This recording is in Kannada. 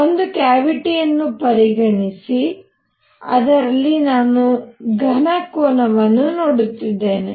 ಒಂದು ಕ್ಯಾವಿಟಿಯನ್ನು ಪರಿಗಣಿಸಿ ಅದರಲ್ಲಿ ನಾನು ಘನ ಕೋನವನ್ನು ನೋಡುತ್ತಿದ್ದೇನೆ